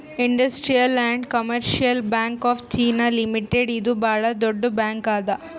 industrial and commercial bank of China limited ಇದು ಭಾಳ್ ದೊಡ್ಡ ಬ್ಯಾಂಕ್ ಅದಾ